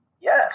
Yes